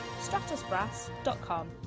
stratusbrass.com